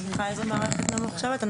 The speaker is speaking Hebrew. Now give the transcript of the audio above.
סליחה, איזה מערכת ממוחשבת?